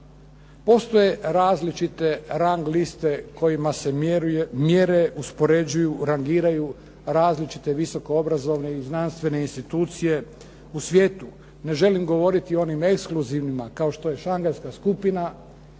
Postoje različite rang liste kojima se mjere, uspoređuju, rangiraju različite visoko obrazovne i znanstvene institucije u svijetu. Ne želim govoriti o onim ekskluzivnima kao što je šangajska skupina.